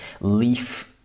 leaf